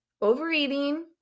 overeating